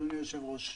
אדוני היושב-ראש,